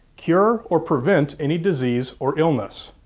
cure, or prevent any disease or illness.